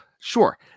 Sure